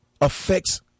affects